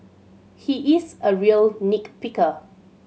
he is a real nick picker